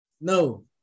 No